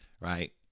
right